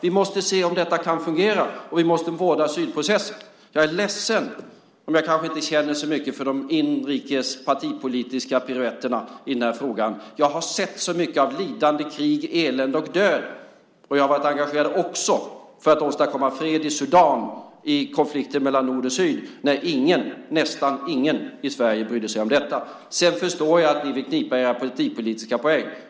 Vi måste se om detta kan fungera, och vi måste vårda asylprocessen. Jag är ledsen om jag kanske inte känner så mycket för de inrikes partipolitiska piruetterna i denna fråga. Jag har sett så mycket av lidande, krig, elände och död. Jag har också varit engagerad för att åstadkomma fred i Sudan i konflikten mellan nord och syd då nästan ingen i Sverige brydde sig om detta. Sedan förstår jag att ni vill knipa era partipolitiska poäng.